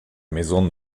maison